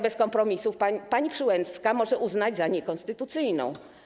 Bez kompromisów” pani Przyłębska może uznać za niekonstytucyjne.